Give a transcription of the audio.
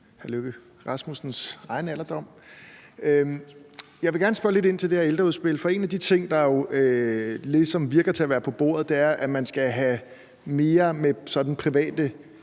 Lars Løkke Rasmussens egen alderdom. Jeg vil gerne spørge lidt ind til det her ældreudspil, for en af de ting, der jo ligesom lyder til at være på bordet, er, at man skal have flere private